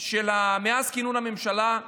מאז כינון הממשלה,